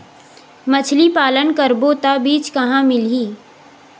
मछरी पालन करबो त बीज कहां मिलही?